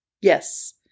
Yes